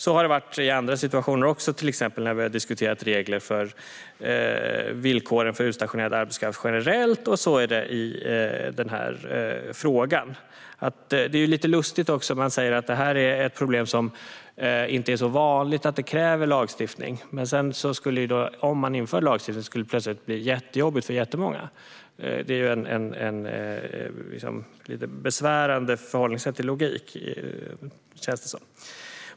Så har det varit i andra situationer, till exempel när vi har diskuterat regler och villkor för utstationerad arbetskraft generellt, och så är det också i den här frågan. Det är också lite lustigt att man säger att det här är ett problem som inte är så vanligt att det kräver lagstiftning. Men om lagstiftning införs skulle det ändå plötsligt bli jättejobbigt för jättemånga. Det är ett lite besvärande förhållningssätt till logik, känns det som.